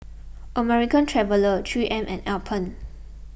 American Traveller three M and Alpen